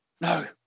No